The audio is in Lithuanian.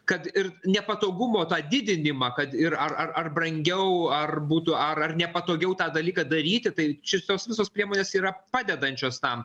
kad ir nepatogumo tą didinimą kad ir ar ar ar brangiau ar būtų ar ar nepatogiau tą dalyką daryti tai čia tos visos priemonės yra padedančios tam